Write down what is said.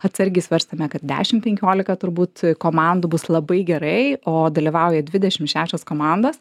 atsargiai svarstėme kad dešimt penkiolika turbūt komandų bus labai gerai o dalyvauja dvidešimt šešios komandos